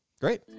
Great